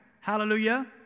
Hallelujah